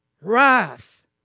wrath